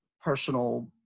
personal